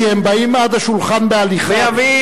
כי הם באים עד השולחן בהליכה, בגלל